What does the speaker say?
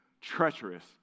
treacherous